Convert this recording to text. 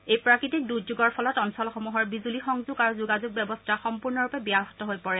এই প্ৰাকৃতিক দুৰ্যোগৰ ফলত অঞ্চলসমূহৰ বিজুলী সংযোগ আৰু যোগাযোগ ব্যৱস্থা সম্পূৰ্ণৰূপে ব্যাহত হৈ পৰে